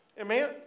Amen